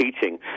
teaching